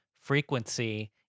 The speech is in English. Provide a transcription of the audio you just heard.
frequency